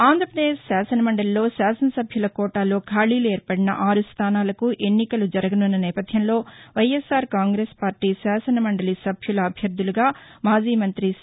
ఆంధ్రప్రదేశ్ శాసనమండలిలో శాసనసభ్యుల కోటాలో ఖాళీలు ఏర్పడిన ఆరు స్థానాలకు ఎన్నికలు జరగనున్న నేపథ్యంలో వైఎస్సార్ కాంగ్రెస్ పార్టీ శాసనమండలి సభ్యుల అభ్యర్థులుగా మాజీ మంతి సి